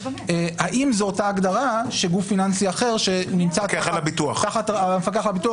האם זו אותה הגדרה של גוף פיננסי אחר שנמצא תחת המפקח על הביטוח